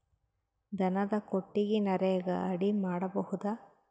ದನದ ಕೊಟ್ಟಿಗಿ ನರೆಗಾ ಅಡಿ ಮಾಡಬಹುದಾ?